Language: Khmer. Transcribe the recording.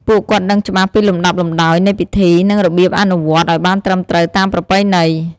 ពួកគាត់ដឹងច្បាស់ពីលំដាប់លំដោយនៃពិធី និងរបៀបអនុវត្តឱ្យបានត្រឹមត្រូវតាមប្រពៃណី។